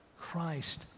Christ